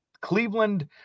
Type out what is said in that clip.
Cleveland